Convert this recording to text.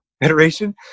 iteration